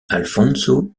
alfonso